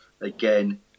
again